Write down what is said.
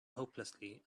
hopelessly